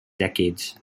decades